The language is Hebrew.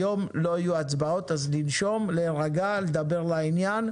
היום לא תהיינה הצבעות, אז אפשר להירגע להיות